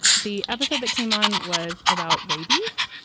the episode that came on was about rabies